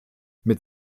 mit